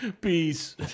peace